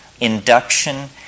induction